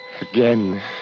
again